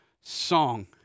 song